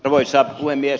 arvoisa puhemies